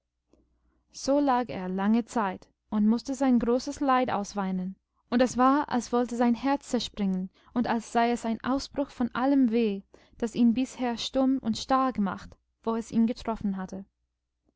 so lag er lange zeit und mußte sein großes leid ausweinen und es war als wollte sein herz zerspringen und als sei es ein ausbruch von allem weh das ihn bisher stumm und starr gemacht wo es ihn getroffen hatte